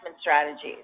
strategies